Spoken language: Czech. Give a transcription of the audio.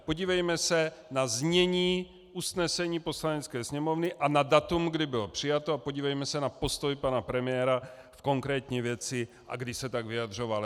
Podívejme se na znění usnesení Poslanecké sněmovny a na datum, kdy bylo přijato, a podívejme se na postoj pana premiéra v konkrétní věci, a kdy se tak vyjadřoval.